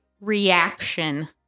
reaction